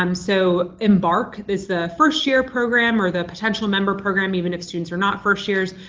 um so embark is the first-year program or the potential member program even if students are not first years.